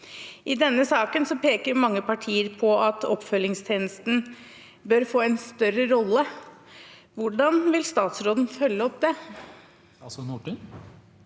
I denne saken peker mange partier på at oppfølgingstjenesten bør få en større rolle. Hvordan vil statsråden følge opp det?